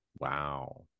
Wow